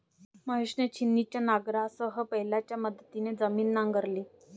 महेशने छिन्नीच्या नांगरासह बैलांच्या मदतीने जमीन नांगरली